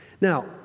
Now